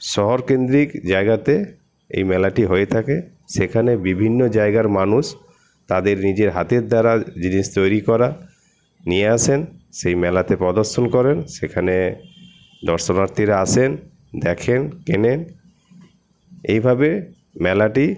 শহরকেন্দ্রিক জায়গাতে এই মেলাটি হয়ে থাকে সেখানে বিভিন্ন জায়গার মানুষ তাদের নিজের হাতের দ্বারা জিনিস তৈরি করা নিয়ে আসেন সেই মেলাতে প্রদর্শন করেন সেখানে দর্শনার্থীরা আসেন দেখেন কেনেন এইভাবে মেলাটি